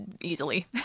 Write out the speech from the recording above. easily